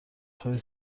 خوری